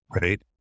right